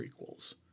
prequels